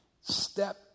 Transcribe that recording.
step